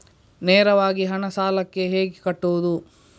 ನೇರವಾಗಿ ಹಣ ಸಾಲಕ್ಕೆ ಹೇಗೆ ಕಟ್ಟುವುದು?